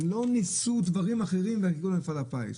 הם לא ניסו דברים אחרים והגיעו למפעל הפיס,